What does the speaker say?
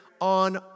on